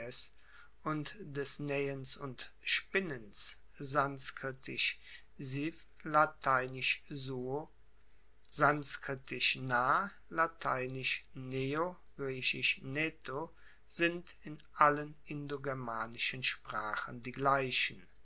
und des naehens und spinnens sanskritisch siv lateinisch suo sanskritisch nah lateinisch neo griechisch sind in allen indogermanischen sprachen die gleichen